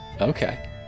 Okay